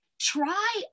Try